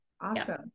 Awesome